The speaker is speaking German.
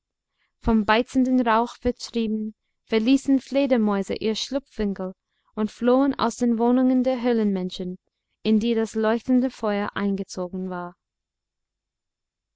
vom beizenden rauch vertrieben verließen fledermäuse ihre schlupfwinkel und flohen aus den wohnungen der höhlenmenschen in die das leuchtende feuer eingezogen war